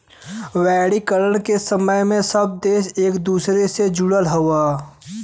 वैश्वीकरण के समय में सब देश एक दूसरे से जुड़ल हौ